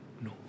No